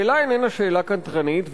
השאלה איננה שאלה קנטרנית,